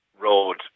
road